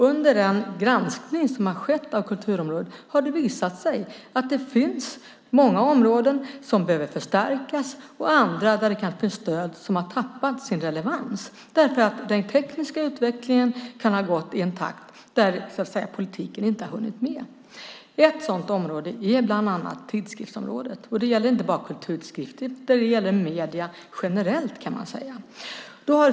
Under den granskning som har skett av kulturområdet har det visat sig att det finns många områden som behöver förstärkas och andra där stöd har tappat sin relevans eftersom den tekniska utvecklingen kan ha gått i en takt där politiken inte har hunnit med. Ett sådant område är tidskriftsområdet. Det gäller inte bara kulturtidskrifter utan medier generellt.